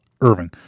Irving